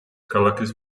ქალაქის